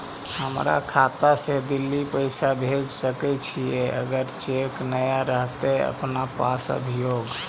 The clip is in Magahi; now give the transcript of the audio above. हमर खाता से दिल्ली पैसा भेज सकै छियै चेक अगर नय रहतै अपना पास अभियोग?